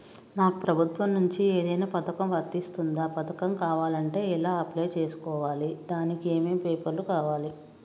నాకు ప్రభుత్వం నుంచి ఏదైనా పథకం వర్తిస్తుందా? పథకం కావాలంటే ఎలా అప్లై చేసుకోవాలి? దానికి ఏమేం పేపర్లు కావాలి?